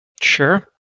Sure